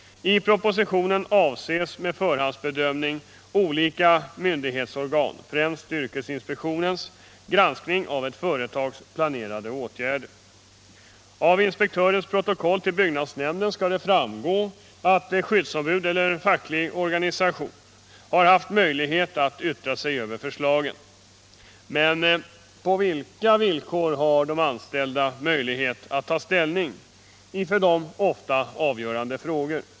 I propositionen avses med förhandsbedömning olika myndighetsorgans, främst yrkesinspektionens, granskning av ett företags planerade åtgärder. Av inspektörens protokoll till byggnadsnämnden skall framgå att skyddsombud eller facklig organisation har haft möjlighet att yttra sig över förslagen. Men på vilka villkor har de anställda möjlighet att ta ställning i för dem ofta avgörande frågor?